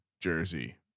jersey